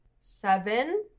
seven